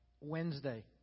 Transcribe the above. Wednesday